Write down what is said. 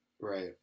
Right